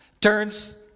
turns